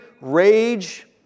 rage